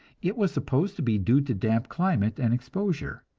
it was supposed to be due to damp climate and exposure,